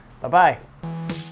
bye-bye